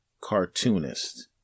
cartoonist